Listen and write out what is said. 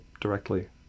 directly